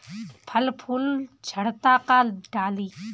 फल फूल झड़ता का डाली?